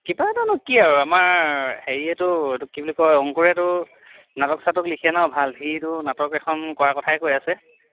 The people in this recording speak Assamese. কিবা এটানো কি আৰু আমাৰ হেৰিয়েতো কি বুলি কয় অংকুৰেতো নাটক চাটক লিখে ন ভাল সিটো নাটক এখন কৰাৰ কথাই কৈ আছে